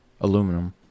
aluminum